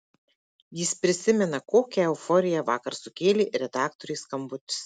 jis prisimena kokią euforiją vakar sukėlė redaktorės skambutis